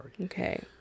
Okay